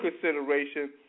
consideration